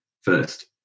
first